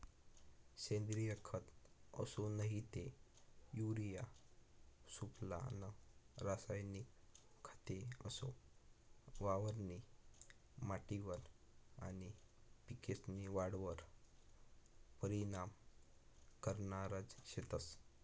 सेंद्रिय खत असो नही ते युरिया सुफला नं रासायनिक खते असो वावरनी माटीवर आनी पिकेस्नी वाढवर परीनाम करनारज शेतंस